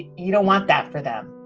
you don't want that for them